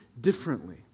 differently